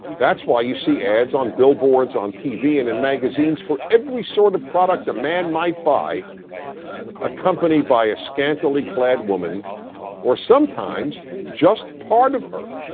that's why you see ads on billboards, on tv, and in magazines for every sort of product a man might buy accompanied by a scantily clad woman or, sometimes, just part of her.